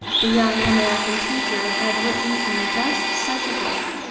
the young american teacher had written in just such a book,